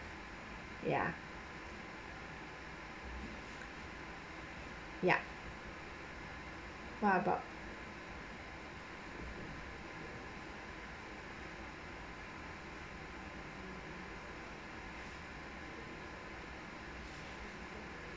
ya yup what about